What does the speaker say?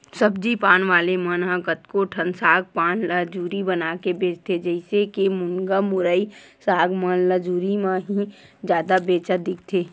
सब्जी पान वाले मन ह कतको ठन साग पान ल जुरी बनाके बेंचथे, जइसे के मुनगा, मुरई, साग मन ल जुरी म ही जादा बेंचत दिखथे